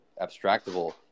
abstractable